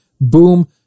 Boom